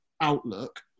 outlook